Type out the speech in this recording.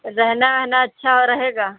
रहना वहना अच्छा रहेगा